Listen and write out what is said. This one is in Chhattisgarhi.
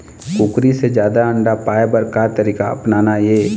कुकरी से जादा अंडा पाय बर का तरीका अपनाना ये?